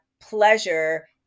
pleasure